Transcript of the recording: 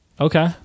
Okay